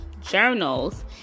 journals